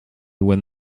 when